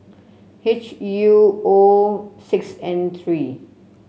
H U O six N three